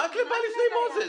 מקלב בא לפני מוזס.